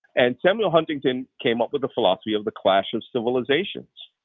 and samuel huntington came up with the philosophy of the clash of civilizations,